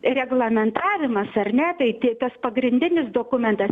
reglamentavimas ar ne tai ti tas pagrindinis dokumentas